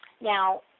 Now